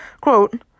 Quote